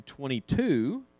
22